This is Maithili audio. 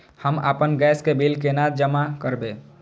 हम आपन गैस के बिल केना जमा करबे?